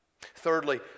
Thirdly